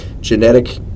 genetic